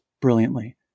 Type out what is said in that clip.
brilliantly